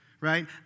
right